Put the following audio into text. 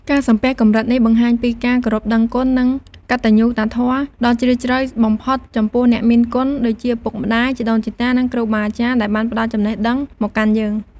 ការសំពះកម្រិតនេះបង្ហាញពីការគោរពដឹងគុណ និងកតញ្ញូតាធម៌ដ៏ជ្រាលជ្រៅបំផុតចំពោះអ្នកមានគុណដូចជាឪពុកម្តាយ ជីដូនជីតា និងគ្រូបាអាចារ្យដែលបានផ្តល់ចំណេះដឹងមកកាន់យើង។